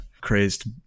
crazed